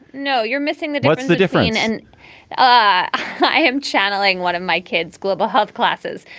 no, you're missing that. what's the difference? and i am channeling one of my kids global health classes.